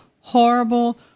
horrible